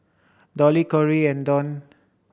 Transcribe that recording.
Dolly Kory and Dawn